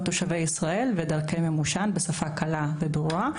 תושבי ישראל ודרכי מימושן בשפה קלה וברורה.